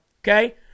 okay